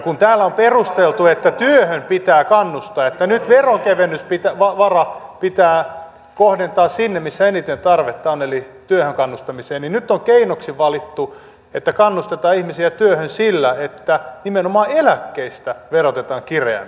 kun täällä on perusteltu että työhön pitää kannustaa että nyt veronkevennysvara pitää kohdentaa sinne missä eniten tarvetta on eli työhön kannustamiseen niin nyt on keinoksi valittu että kannustetaan ihmisiä työhön sillä että nimenomaan eläkkeistä verotetaan kireämmin